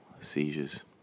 seizures